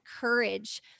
courage